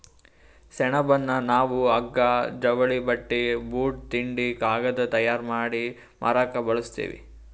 ಸೆಣಬನ್ನ ನಾವ್ ಹಗ್ಗಾ ಜವಳಿ ಬಟ್ಟಿ ಬೂಟ್ ತಿಂಡಿ ಕಾಗದ್ ತಯಾರ್ ಮಾಡಿ ಮಾರಕ್ ಬಳಸ್ತೀವಿ